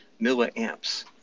milliamps